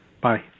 Bye